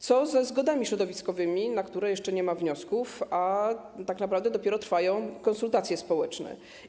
Co ze zgodami środowiskowymi, na które jeszcze nie ma wniosków, a tak naprawdę dopiero trwają konsultacje społeczne?